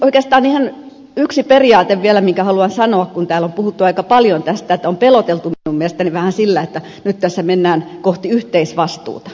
oikeastaan yksi periaate vielä minkä haluan sanoa kun täällä on puhuttu aika paljon tästä että on peloteltu minun mielestäni vähän sillä että nyt tässä mennään kohti yhteisvastuuta